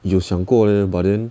有想过 leh but then